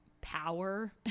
power